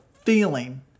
feeling